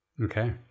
okay